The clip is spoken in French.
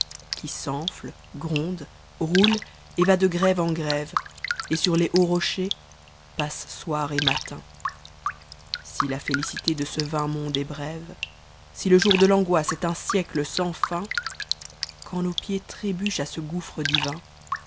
qui s'enfle gronde roule et va de grève en grève et sur les hauts rochers passe soir et matin si la emcité de ce vain monde est brève si le jour de t'angoisse est un siècle sans fin quand notre pied trébuche à ce gonbre d